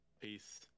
Peace